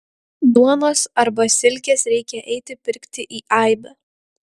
duonos arba silkės reikia eiti pirkti į aibę